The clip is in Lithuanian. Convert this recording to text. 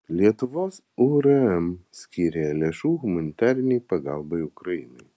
lietuvos urm skyrė lėšų humanitarinei pagalbai ukrainai